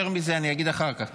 יותר מזה, אני אגיד אחר כך.